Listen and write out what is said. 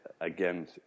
again